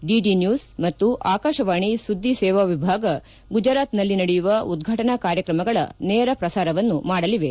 DD news ಮತ್ತು ಆಕಾಶವಾಣಿ ಸುದ್ದಿಸೇವಾ ವಿಭಾಗ ಗುಜರಾತ್ನಲ್ಲಿ ನಡೆಯುವ ಉದ್ವಾಟನಾ ಕಾರ್ಯಕ್ರಮಗಳ ನೇರ ಪ್ರಸಾರವನ್ನು ಮಾಡಲಿವೆ